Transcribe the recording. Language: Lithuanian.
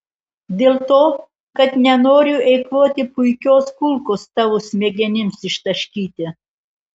dėl to kad nenoriu eikvoti puikios kulkos tavo smegenims ištaškyti